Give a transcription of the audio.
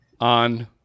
On